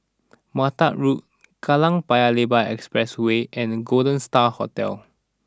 Mattar Road Kallang Paya Lebar Expressway and Golden Star Hotel